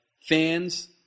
fans